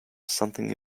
something